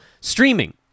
Streaming